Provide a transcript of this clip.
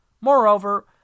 Moreover